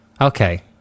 Okay